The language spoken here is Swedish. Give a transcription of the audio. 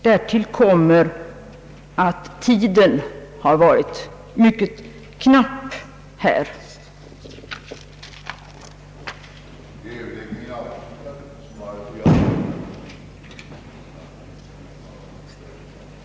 Därtill kommer att tiden i detta fall var mycket knapp.